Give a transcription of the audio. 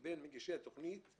מי בעד הסתייגות מספר